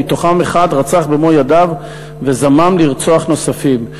אחד רצח במו-ידיו וזמם לרצוח נוספים,